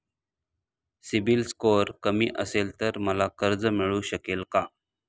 CIBIL score कमी असेल तर मला कर्ज मिळू शकेल का?